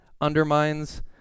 undermines